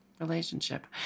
relationship